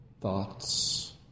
thoughts